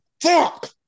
Fuck